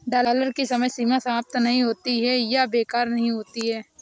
dollar की समय सीमा समाप्त नहीं होती है या बेकार नहीं होती है